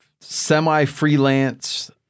semi-freelance